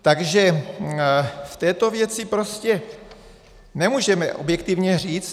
Takže v této věci prostě nemůžeme objektivně říct.